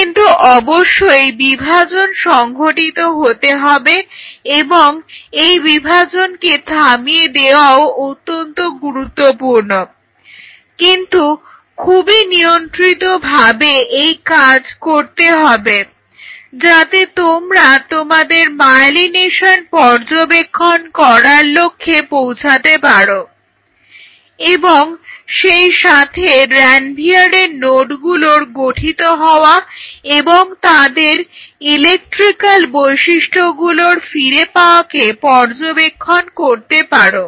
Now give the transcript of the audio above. কিন্তু অবশ্যই বিভাজন সংঘটিত হতে হবে এবং এই বিভাজনকে থামিয়ে দেওয়াও অত্যন্ত গুরুত্বপূর্ণ কিন্তু খুবই নিয়ন্ত্রিতভাবে এই কাজ করতে হবে যাতে তোমরা তোমাদের মায়েলিনেশন পর্যবেক্ষণ করার লক্ষ্যে পৌঁছাতে পারো এবং সেইসাথে রানভিয়ারের নোডগুলোর গঠিত হওয়া এবং তাদের ইলেকট্রিক্যাল বৈশিষ্ট্যগুলোর ফিরে পাওয়াকে পর্যবেক্ষণ করতে পারো